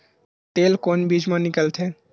तेल कोन बीज मा निकलथे?